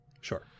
Sure